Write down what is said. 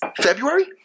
February